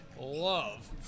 love